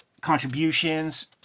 contributions